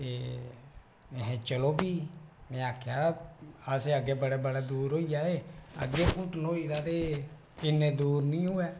ते में चलो फिह् में आखेआ असें अग्गै बड़े बड़े दूर होई गेआ ते तूं हुट्टन होई गेआ ते इन्ने दूर नेईं होऐ